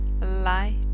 light